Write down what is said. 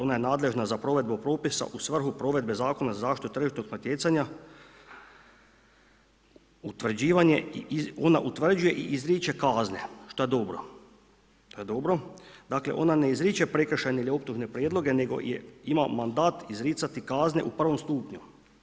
Ona je nadležna za provedbu propisa u svrhu provedbe Zakona za zaštitu tržišnog natjecanja, utvrđivanje i ona utvrđuje i izriče kazne što je dobro, dakle ona ne izriče prekršajne ili optužne prijedloge, nego ima mandat izricati kazne u prvom stupnju.